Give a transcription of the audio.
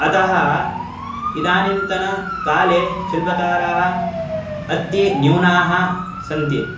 अतः इदानीन्तनकाले शिल्पकाराः अति न्यूनाः सन्ति